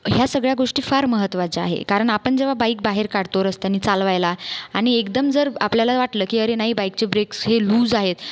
ह्या सगळ्या गोष्टी फार महत्त्वाच्या आहे कारण आपण जेव्हा बाईक बाहेर काढतो रस्त्याने चालवायला आणि एकदम जर आपल्याला वाटलं की अरे नाही बाईकचे ब्रेक्स हे लूज आहेत